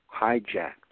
hijacked